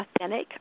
authentic